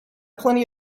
plenty